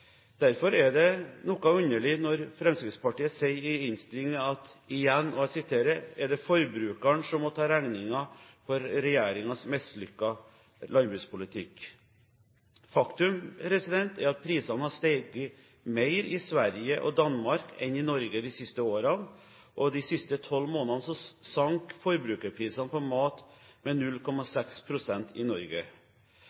Derfor er det noe underlig når Fremskrittspartiet sier i innstillingen at igjen er det «forbrukeren som må ta regningen for regjeringens mislykkede landbrukspolitikk». Faktum er at prisene har steget mer i Sverige og Danmark enn i Norge de siste årene, og de siste tolv månedene sank forbrukerprisene på mat med